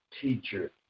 teacher